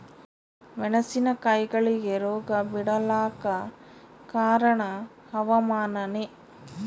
ಮೆಣಸಿನ ಕಾಯಿಗಳಿಗಿ ರೋಗ ಬಿಳಲಾಕ ಕಾರಣ ಹವಾಮಾನನೇ?